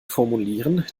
formulieren